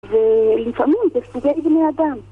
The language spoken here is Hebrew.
ולפעמים בסוגי בני אדם.